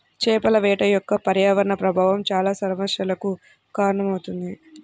చేపల వేట యొక్క పర్యావరణ ప్రభావం చాలా సమస్యలకు కారణమవుతుంది